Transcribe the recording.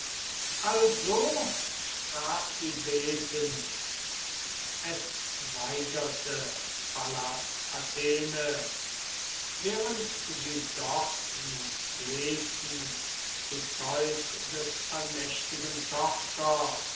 also sprach sie betend es weigerte pallas athene während sie dort nun flehten zu zeus des allmächtigen tochter